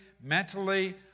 mentally